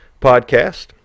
podcast